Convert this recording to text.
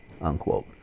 unquote